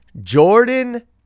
Jordan